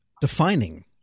defining